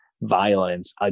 violence